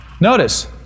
Notice